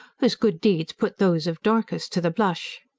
whose good deeds put those of dorcas to the blush.